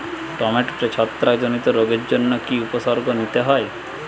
টমেটোতে ছত্রাক জনিত রোগের জন্য কি উপসর্গ নিতে হয়?